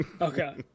okay